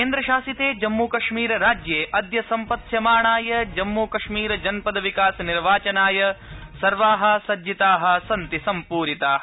केन्द्रशासिते जम्मू कश्मीर राज्ये अद्य सम्पत्स्यमाणाय जम्मू कश्मीर जनपद विकास निर्वाचनाय सर्वाः सज्जताः सन्ति सम्पूरिताः